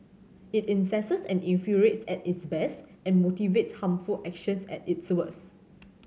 it incenses and infuriates at its best and motivates harmful actions at its worst